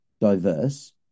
diverse